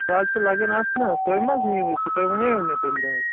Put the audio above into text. سُہ حظ چھِ لگان اَتھ نہ تۄہہِ مہ حظ نیٖوٕے سُہ تۄہہِ وَنییوٕ مےٚ تَمہِ دۄہ حظ